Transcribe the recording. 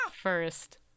first